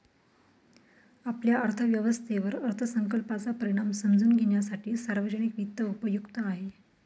आपल्या अर्थव्यवस्थेवर अर्थसंकल्पाचा परिणाम समजून घेण्यासाठी सार्वजनिक वित्त उपयुक्त आहे